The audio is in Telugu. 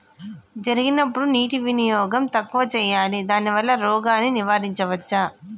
జరిగినప్పుడు నీటి వినియోగం తక్కువ చేయాలి దానివల్ల రోగాన్ని నివారించవచ్చా?